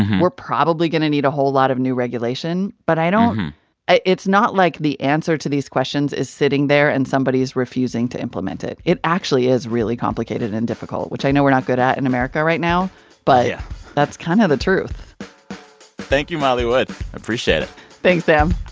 we're probably going to need a whole lot of new regulation. but i don't it's not like the answer to these questions is sitting there, and somebody is refusing to implement it. it actually is really complicated and difficult, which i know we're not good at in america right now yeah but that's kind of the truth thank you, molly wood appreciate it thanks, sam